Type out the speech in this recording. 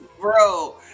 Bro